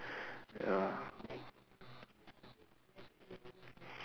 ah